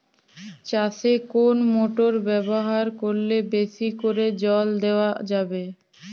চাষে কোন মোটর ব্যবহার করলে বেশী করে জল দেওয়া যাবে?